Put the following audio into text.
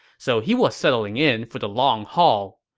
so he was settling in for the long haul.